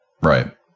Right